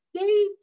date